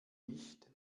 nicht